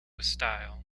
stile